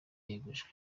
yegujwe